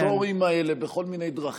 הפטורים האלה בכל מיני דרכים כאלה ואחרות.